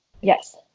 yes